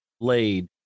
Blade